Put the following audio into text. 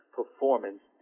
performance